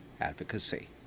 advocacy